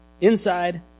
inside